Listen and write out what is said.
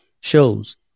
shows